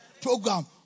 program